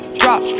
drop